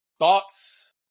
Thoughts